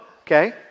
okay